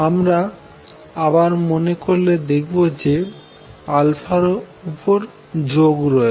আমরা আবার মনে করলে দেখব যে উপর যোগ রয়েছে